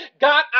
God